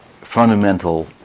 fundamental